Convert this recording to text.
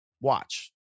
watch